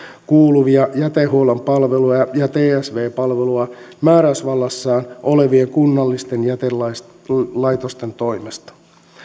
kuuluvia jätehuollon palveluja ja tsv palvelua määräysvallassaan olevien kunnallisten jätelaitosten toimesta